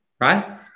right